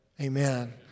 Amen